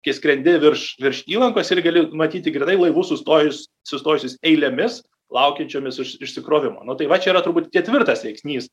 kai skrendi virš virš įlankos ir gali matyti grynai laivus sustojus sustojusius eilėmis laukiančiomis išsikrovimo nu tai va čia yra turbūt ketvirtas veiksnys